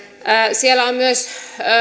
siellä on myös